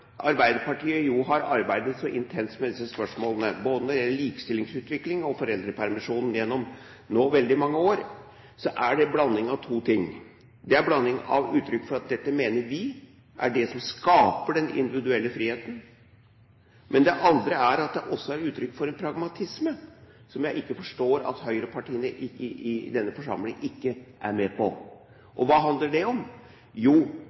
Arbeiderpartiet har arbeidet så intenst med disse spørsmålene, både når det gjelder likestillingsutvikling og foreldrepermisjon, nå gjennom veldig mange år, er det en blanding av to ting. Det er et uttrykk for at dette mener vi er det som skaper den individuelle friheten, men det er også et uttrykk for en pragmatisme, som jeg ikke forstår at høyrepartiene i denne forsamling ikke er med på. Hva handler det om? Jo,